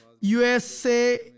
USA